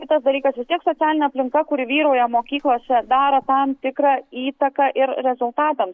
kitas dalykas vis tiek socialinė aplinka kuri vyrauja mokyklose daro tam tikrą įtaką ir rezultatams